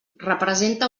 representa